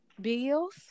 Bills